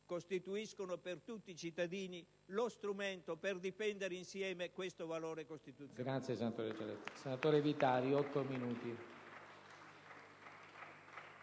costituiscano per tutti i cittadini lo strumento per difendere insieme questo valore costituzionale.